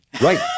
Right